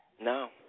No